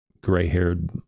gray-haired